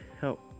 help